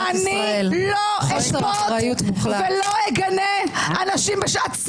אני לא אשפוט ולא אגנה אנשים בשעת צער.